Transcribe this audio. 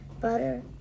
Butter